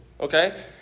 Okay